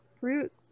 fruits